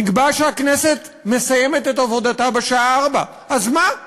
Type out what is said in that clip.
נקבע שהכנסת מסיימת את עבודתה בשעה 16:00, אז מה?